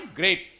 great